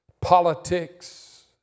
politics